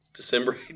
December